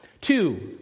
Two